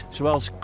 Zoals